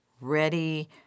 ready